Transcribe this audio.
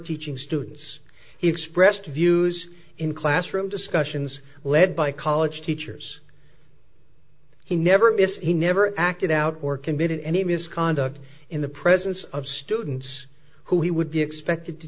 teaching students he expressed views in classroom discussions led by college teachers he never missed he never acted out or committed any misconduct in the presence of students who he would be expected to